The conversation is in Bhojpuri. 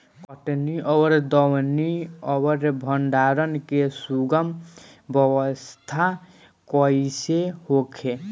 कटनी और दौनी और भंडारण के सुगम व्यवस्था कईसे होखे?